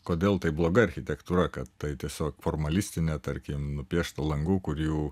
kodėl tai bloga architektūra kad tai tiesiog formalistinė tarkim nupiešta langų kurių